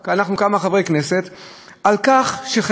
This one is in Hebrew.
אתם חושבים שסתם מישהו חלם על החקיקה הזאת?